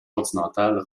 continentales